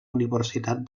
universitat